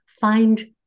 find